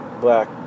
black